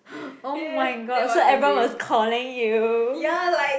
oh my god so everyone was calling you